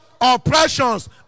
oppressions